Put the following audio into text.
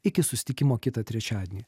iki susitikimo kitą trečiadienį